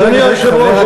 אדוני היושב-ראש,